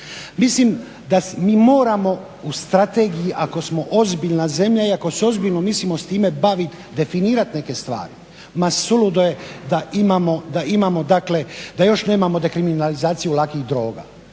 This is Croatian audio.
Mislim da mi moramo u strategiji ako smo ozbiljna zemlja i ako se ozbiljno mislimo s time baviti definirati neke stvari. Ma suludo je da imamo dakle, da još nemamo dekriminalizaciju lakih droga.